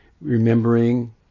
Remembering